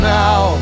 now